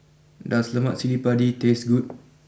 does Lemak Cili Padi taste good